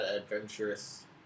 adventurous